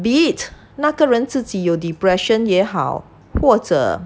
be it 那个人自己 or depression 也好或者